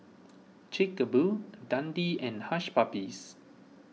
Chic A Boo Dundee and Hush Puppies